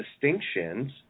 distinctions